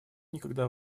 никогда